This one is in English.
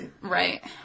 Right